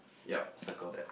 ya circle that